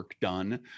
done